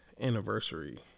anniversary